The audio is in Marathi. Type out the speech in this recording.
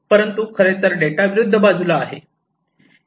परंतु खरेतर डेटा विरुद्ध बाजूला आहे